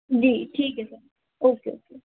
जी ठीक है sir okay okay